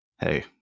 Hey